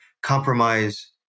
compromise